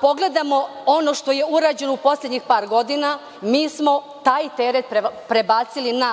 pogledamo ono što je urađeno u poslednjih par godina, mi smo taj teret prebacili na